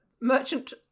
merchant